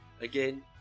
again